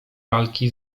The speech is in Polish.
walki